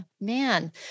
man